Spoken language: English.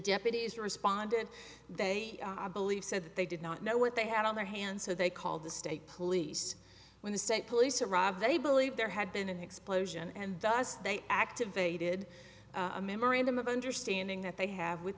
deputies responded they believe said that they did not know what they had on their hands so they called the state police when the state police arrived they believe there had been an explosion and thus they activated a memorandum of understanding that they have with